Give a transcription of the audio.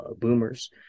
boomers